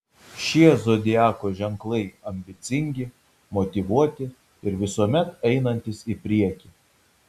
šie zodiako ženklai ambicingi motyvuoti ir visuomet einantys į priekį